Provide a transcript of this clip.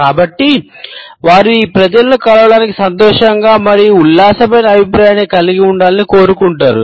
కాబట్టి వారు ఈ ప్రజలను కలవడానికి సంతోషంగా మరియు ఉల్లాసమైన అభిప్రాయాన్ని కలిగి ఉండాలని కోరుకుంటారు